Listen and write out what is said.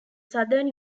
southern